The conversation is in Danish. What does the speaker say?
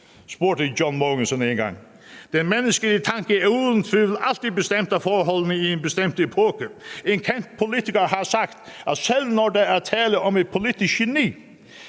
spurgte John Mogensen engang. Den menneskelige tanke er uden tvivl altid bestemt af forholdene i en bestemt epoke. En kendt politiker har sagt, at selv når der er tale om et politisk geni,